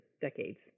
decades